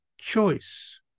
choice